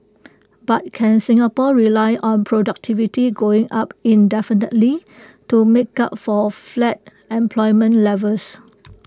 but can Singapore rely on productivity going up indefinitely to make up for flat employment levels